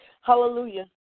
Hallelujah